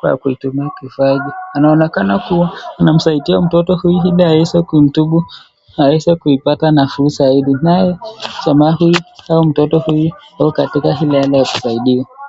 kwa kuitumia kifaa, anaonekana kuwa anamsaidia mtoto huyu ili aweze kumtubu aweze kuipa ta nafuu zaidi, naye samaki au mtoto huyu ako katika ile hali ya kusaidiwa.